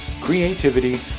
creativity